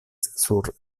sur